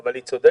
אבל היא צודקת.